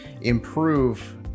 improve